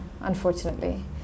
unfortunately